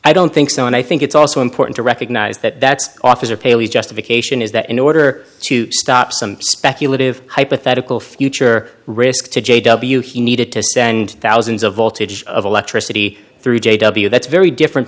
i don't think so and i think it's also important to recognize that that's officer paley's justification is that in order to stop some speculative hypothetical future risk to j w he needed to send thousands of voltage of electricity through j w that's very different